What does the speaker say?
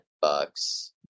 bucks